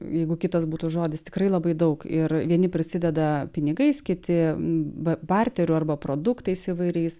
jeigu kitos būtų žodis tikrai labai daug ir vieni prisideda pinigais kiti barteriu arba produktais įvairiais